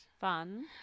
fun